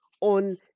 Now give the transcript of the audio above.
on